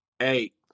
eight